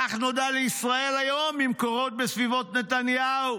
כך נודע לישראל היום ממקורות בסביבת נתניהו.